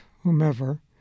whomever